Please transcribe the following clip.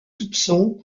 soupçons